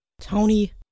Tony